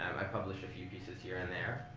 i've published a few pieces here and there.